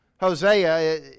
Hosea